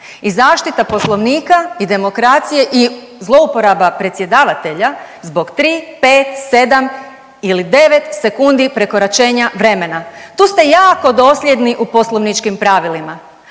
i zaštita Poslovnika i demokracije i zlouporaba predsjedavatelja zbog 3, 5, 7 ili 9 sekundi prekoračenja vremena. Tu ste jako dosljedni u poslovničkim pravilima,